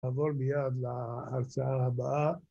נעבור מיד להרצאה הבאה